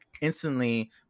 instantly